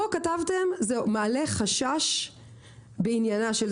פה כתבתם שזה מעלה חשש בעניינה...